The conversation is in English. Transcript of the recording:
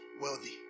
wealthy